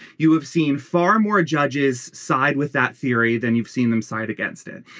you have seen far more judges side with that theory than you've seen them side against it.